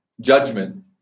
judgment